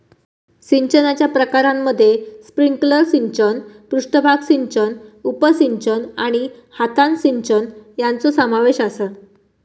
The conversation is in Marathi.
सिंचनाच्या प्रकारांमध्ये स्प्रिंकलर सिंचन, पृष्ठभाग सिंचन, उपसिंचन आणि हातान सिंचन यांचो समावेश आसा